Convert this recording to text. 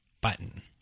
button